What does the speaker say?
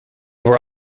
were